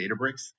Databricks